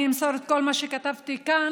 אני אמסור את כל מה שכתבתי כאן,